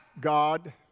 God